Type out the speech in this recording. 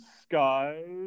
Skies